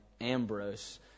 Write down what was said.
Ambrose